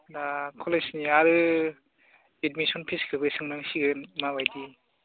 दा कलेजनि आरो एडमिसन फिसखौबो सोंनांसिगोन माबायदि